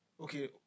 Okay